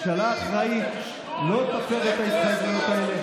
ושממשלה אחראית לא תפר את ההתחייבויות האלה,